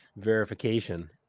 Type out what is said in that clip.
verification